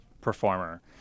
performer